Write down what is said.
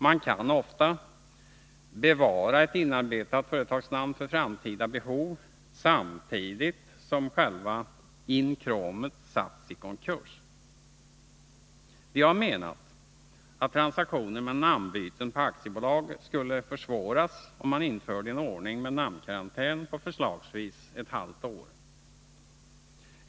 Man kan ofta bevara ett inarbetat företags namn för framtida behov, samtidigt som själva ”inkråmet” satts i konkurs. Vi menar att transaktioner med namnbyten på aktiebolag skulle försvåras, om man införde en ordning med namnkarantän på förslagsvis ett halvt år.